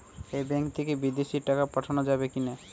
এই ব্যাঙ্ক থেকে বিদেশে টাকা পাঠানো যাবে কিনা?